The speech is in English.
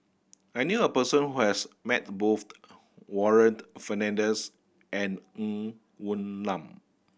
I knew a person who has met both Warren Fernandez and Ng Woon Lam